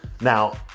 Now